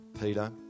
Peter